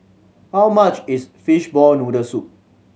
how much is fishball noodle soup